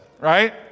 right